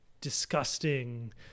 disgusting